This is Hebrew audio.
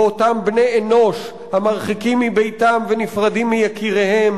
באותם בני אנוש המרחיקים מביתם ונפרדים מיקיריהם